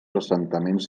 assentaments